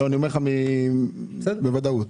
בוודאות.